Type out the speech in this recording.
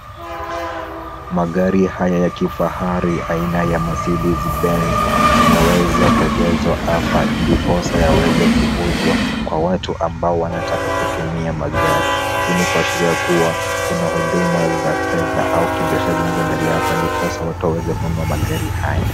magari haya ya kifahari aina ya Mercedes Benz imeweza kuegezwa hapa ndiposa yaweze kuuzwa kwa watu ambao wanataka kutumia magari. Hii ni kwa sheria kuwa, kuna huduma za fedha au kibiashara zinazoendelea hapa ndiposa watu waweze kununua magari haya.